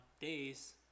days